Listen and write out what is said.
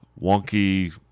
wonky